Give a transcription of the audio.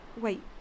Wait